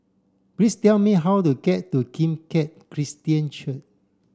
please tell me how to get to Kim Keat Christian